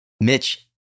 Mitch